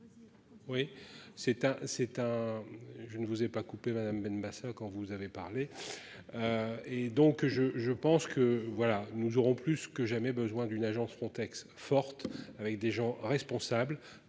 un c'est un. Je ne vous ai pas coupé Madame Benbassa quand vous avez parlé. Et donc je je pense que voilà, nous aurons plus que jamais besoin d'une agence Frontex forte avec des gens responsables